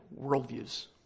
worldviews